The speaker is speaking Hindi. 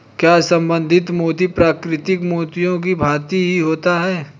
क्या संवर्धित मोती प्राकृतिक मोतियों की भांति ही होता है?